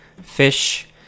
Fish